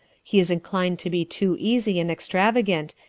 he is inclined to be too easy and extravagant,